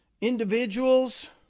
Individuals